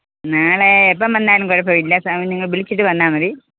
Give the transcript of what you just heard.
നാളെ എപ്പം വന്നാലും കുഴപ്പമില്ല സാ നിങ്ങൾ വിളിച്ചിട്ട് വന്നാൽ മതി